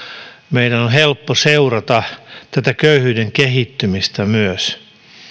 meidän on on helppo seurata tätä köyhyyden kehittymistä myös